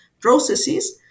processes